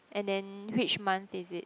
and then which month is it